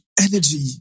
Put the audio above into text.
Energy